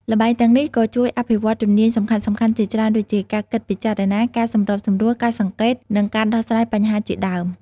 ល្បែងទាំងនេះក៏ជួយអភិវឌ្ឍជំនាញសំខាន់ៗជាច្រើនដូចជា ការគិតពិចារណា ការសម្របសម្រួល ការសង្កេត និងការដោះស្រាយបញ្ហាជាដើម។